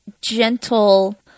gentle